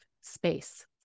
space